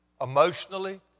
emotionally